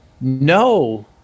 no